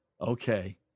Okay